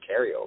carryover